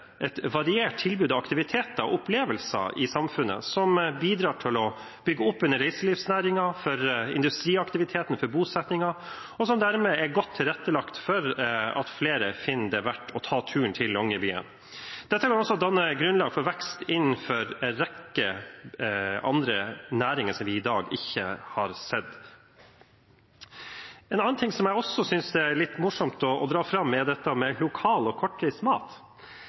et variert tilbud av aktiviteter og opplevelser i samfunnet som bidrar til å bygge opp under reiselivsnæringen, industriaktiviteten og bosettingen, og som dermed er godt tilrettelagt for at flere finner det verdt å ta turen til Longyearbyen. Dette vil danne grunnlaget for vekst innenfor en rekke andre næringer som vi i dag ikke har sett. En annen ting som jeg også synes det er morsomt å dra fram, er dette med lokal og kortreist mat.